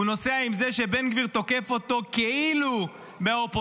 הוא נוסע עם זה שבן גביר תוקף אותו כאילו מהאופוזיציה,